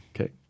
Okay